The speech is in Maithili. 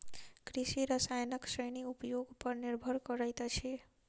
कृषि रसायनक श्रेणी उपयोग पर निर्भर करैत अछि